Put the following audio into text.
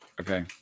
okay